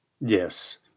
Yes